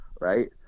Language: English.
Right